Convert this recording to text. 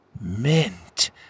Mint